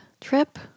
trip